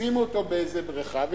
שימו אותו באיזו בריכה,